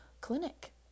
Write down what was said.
clinic